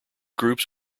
groups